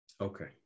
okay